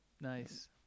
nice